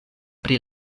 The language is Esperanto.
pri